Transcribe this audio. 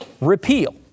Repeal